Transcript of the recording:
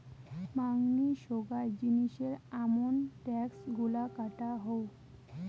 মাঙনি সোগায় জিনিসের আমন ট্যাক্স গুলা কাটা হউ